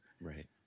Right